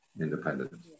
independent